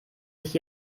sich